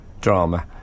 drama